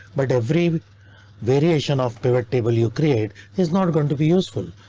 but every variation of pivot table you create is not going to be useful.